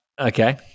Okay